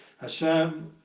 Hashem